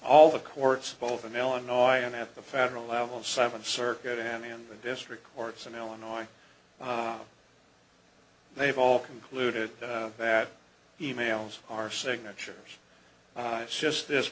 all the courts both in illinois and at the federal level seven circuit and the district courts in illinois they've all concluded that e mails are signatures it's just this